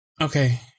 okay